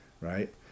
right